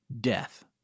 death